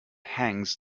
hangs